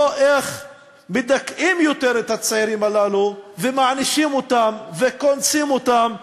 לא איך מדכאים יותר את הצעירים הללו ומענישים אותם וקונסים אותם,